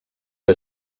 que